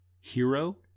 hero